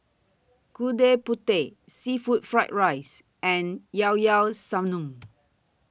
Gudeg Putih Seafood Fried Rice and Llao Llao Sanum